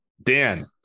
Dan